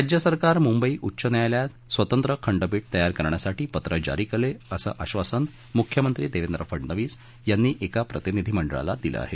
राज्य सरकार मुंबई उच्च न्यायालयात स्वतंत्र खंडपीठ तयार करण्यासाठी पत्र जारी करेलं असं आश्वासन मुख्यमंत्री देवेंद्र फडणवीस यांनी एका प्रतिनिधी मंडळाला दिलं आहे